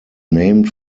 named